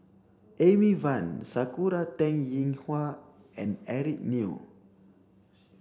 Amy Van Sakura Teng Ying Hua and Eric Neo